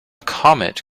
comet